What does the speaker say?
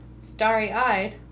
starry-eyed